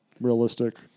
Realistic